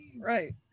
Right